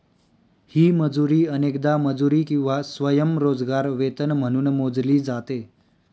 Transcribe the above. ही मजुरी अनेकदा मजुरी किंवा स्वयंरोजगार वेतन म्हणून मोजली जाते